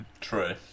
True